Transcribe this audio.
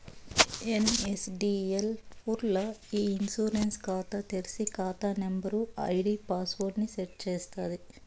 NSDL పూర్స్ ల్ల ఇ ఇన్సూరెన్స్ కాతా తెర్సి, కాతా నంబరు, ఐడీ పాస్వర్డ్ ని సెట్ చేస్తాది